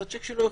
השיק שלו יוחזר.